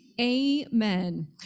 Amen